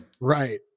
Right